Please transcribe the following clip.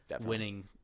winning